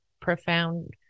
profound